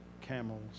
camels